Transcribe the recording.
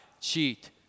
cheat